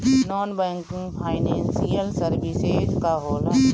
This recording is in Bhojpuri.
नॉन बैंकिंग फाइनेंशियल सर्विसेज का होला?